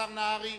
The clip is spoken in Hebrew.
השר נהרי,